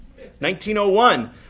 1901